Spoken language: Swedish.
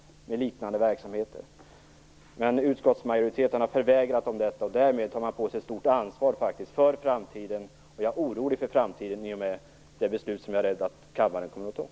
Men utskottsmajoriteten har förvägrat dem detta. Därmed tar man på sig ett stort ansvar, och jag är orolig inför framtiden i och med det beslut som jag är rädd att kammaren kommer att fatta.